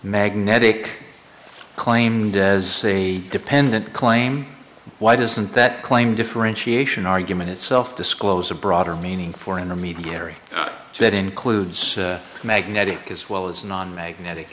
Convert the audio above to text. magnetic claimed as say dependent claim why doesn't that claim differentiation argument itself disclose a broader meaning for intermediary that includes magnetic as well as non magnetic